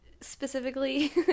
specifically